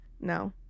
no